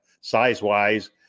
size-wise